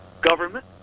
government